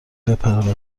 بپره